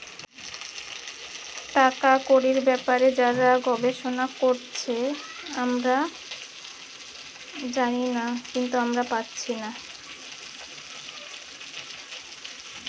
টাকা কড়ির বেপারে যারা যে সব গবেষণা করতিছে